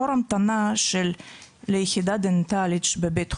תור המתנה ליחידה דנטלית בבית חולים,